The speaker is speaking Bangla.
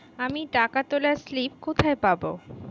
আমি টাকা তোলার স্লিপ কোথায় পাবো?